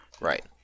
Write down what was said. Right